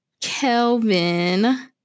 Kelvin